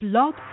Blog